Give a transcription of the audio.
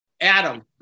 Adam